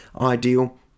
ideal